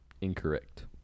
Incorrect